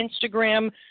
Instagram